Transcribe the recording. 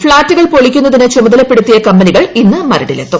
ഫ്ളാറ്റുകൾ പൊളിക്കുന്നതിന് ചുമതലപ്പെടുത്തിയ കമ്പനികൾ ഇന്ന് ് മരടിലെത്തും